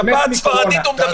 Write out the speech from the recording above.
מה זה השפעת הספרדית עכשיו?